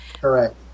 correct